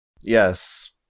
Yes